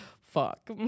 Fuck